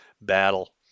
battle